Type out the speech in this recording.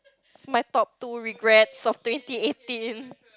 it's my top two regrets of twenty eighteen